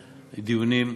הדיונים.